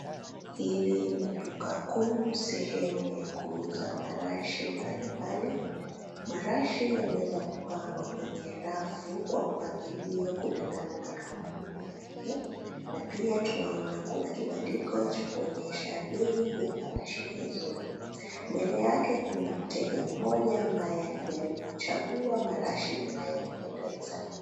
Hili ni duka kuu, sehemu ya kuuza marashi mbalimbali. Marashi yameweza kupangwa kwenye rafu kwa mpangilio kulingana na kampuni yake. Na pia tunaona kuna kibandiko cha kuonyesha bei ya marashi hizo. Mbele yake kuna mteja mmoja ambaye anajaribu kuchagua marashi inayompendeza.